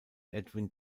edwin